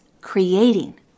creating